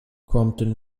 crompton